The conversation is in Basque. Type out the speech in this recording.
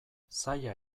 zaila